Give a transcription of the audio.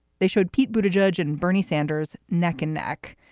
they showed pete booth, a judge, and bernie sanders neck and neck.